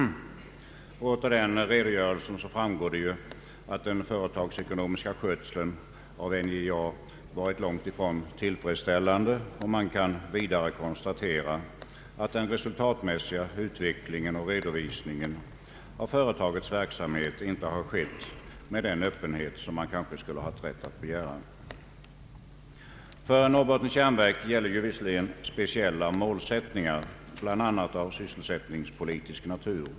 Av denna redogörelse framgår det att den företagsekonomiska skötseln av NJA varit långt ifrån tillfredsställande. Man kan vidare konstatera att den resultatmässiga utvecklingen och redovisningen av företagets verksamhet inte har skett med den öppenhet man kanske haft rätt att begära. För NJA gäller visserligen speciella målsättningar, bl.a. av sysselsättningspolitisk natur.